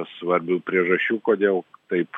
svarbių priežasčių kodėl taip